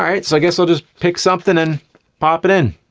all right, so i guess i'll just pick something and pop it in.